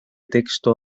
texto